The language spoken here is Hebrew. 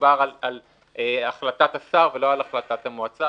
שמדובר על החלטת השר ולא על החלטת המועצה.